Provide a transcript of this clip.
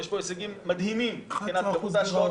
יש פה הישגים מדהימים מבחינת כמות ההשקעות